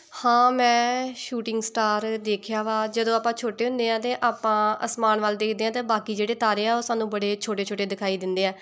ਹਾਂ ਮੈਂ shooting star ਦੇਖਿਆ ਵਾ ਜਦੋਂ ਆਪਾਂ ਛੋਟੇ ਹੁੰਦੇ ਹਾਂ ਅਤੇ ਆਪਾਂ ਆਸਮਾਨ ਵੱਲ ਦੇਖਦੇ ਹਾਂ ਅਤੇ ਬਾਕੀ ਜਿਹੜੇ ਤਾਰੇ ਆ ਉਹ ਸਾਨੂੰ ਬੜੇ ਛੋਟੇ ਛੋਟੇ ਦਿਖਾਈ ਦਿੰਦੇ ਆ